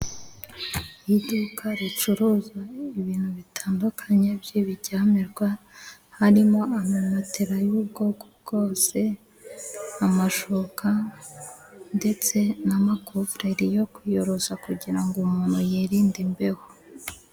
Iduka ricuruza ibintu bitandukanye by'ibiryamirwa harimo: amamatera y'ubwoko bwose, amashuka ndetse n'amakuvurori yo kwiyorosa kugira ngo umuntu yirinde imbeho.